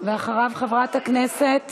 אנחנו, ואחריו, חברת הכנסת